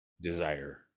desire